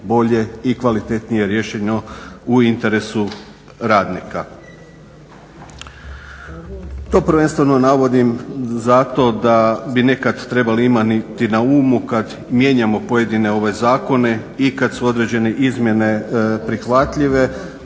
bolje i kvalitetnije riješeno u interesu radnika. To prvenstveno navodim zato da bi nekad trebali imati na umu kada mijenjamo pojedine zakone i kada su određene izmjene prihvatljive,